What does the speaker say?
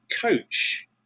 coach